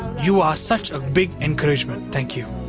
you are such a big encouragement. thank you.